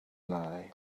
lie